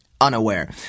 unaware